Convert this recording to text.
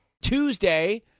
Tuesday